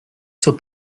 zur